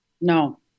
No